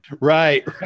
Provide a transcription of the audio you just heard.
right